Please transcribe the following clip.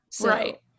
right